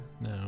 no